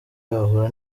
yahura